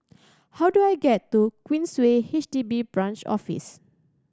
how do I get to Queensway H D B Branch Office